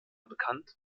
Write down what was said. bekannt